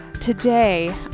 today